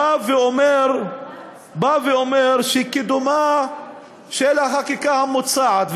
שבא ואומר שקידומה של החקיקה המוצעת,